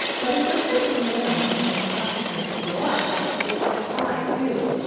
but it's not just demand that can make platinum prices go up it's supply too.